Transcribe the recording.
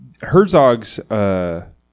Herzog's –